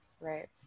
Right